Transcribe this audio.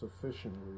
sufficiently